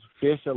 fish